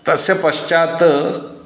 तस्य पश्चात्